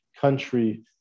country